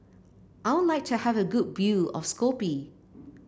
I would like to have a good view of Skopje